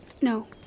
No